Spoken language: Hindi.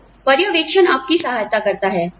तो पर्यवेक्षण आपकी सहायता करता है